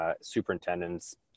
superintendents